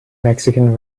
mexican